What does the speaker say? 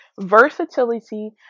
Versatility